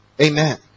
Amen